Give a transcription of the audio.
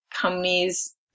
companies